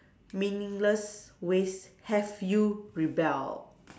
meaningless ways have you rebelled